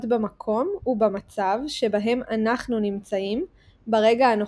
במקום ובמצב שבהם אנחנו נמצאים ברגע הנוכחי,